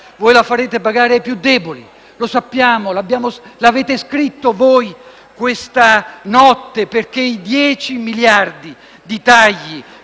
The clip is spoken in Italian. Voi la farete pagare ai più deboli. Lo sappiamo. Lo avete scritto voi questa notte, perché i dieci miliardi di tagli